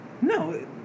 no